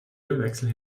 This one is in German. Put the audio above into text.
ölwechsel